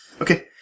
okay